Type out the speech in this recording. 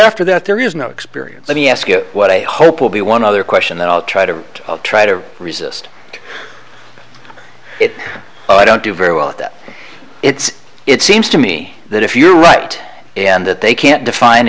after that there is no experience let me ask you what i hope will be one other question that i'll try to try to resist it i don't do very well at that it's it seems to me that if you're right and that they can't define